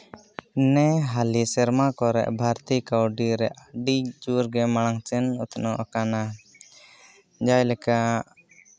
ᱱᱮ ᱦᱟᱞᱮ ᱥᱮᱨᱢᱟ ᱠᱚᱨᱮᱫ ᱵᱷᱟᱨᱚᱛᱤᱭᱚ ᱠᱟᱹᱣᱰᱤ ᱨᱮ ᱟᱹᱰᱤ ᱡᱳᱨ ᱜᱮ ᱢᱟᱲᱟᱝ ᱥᱮᱫ ᱩᱛᱱᱟᱹᱣ ᱟᱠᱟᱱᱟ ᱡᱮᱞᱮᱠᱟ